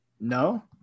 No